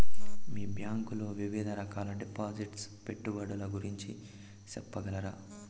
మీ bank లో వివిధ రకాల డిపాసిట్స్, పెట్టుబడుల గురించి సెప్పగలరా?